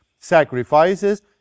sacrifices